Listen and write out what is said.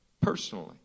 personally